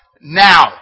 Now